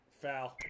foul